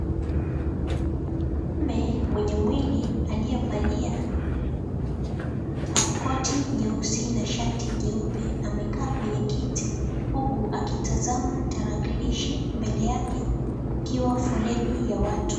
Mwanaume mwenye mwili aliyevalia half koti nyeusi na shati jeupe amekaa kwenye kiti huku akitazama tarakilishi mbele yake kukiwa foleni ya watu.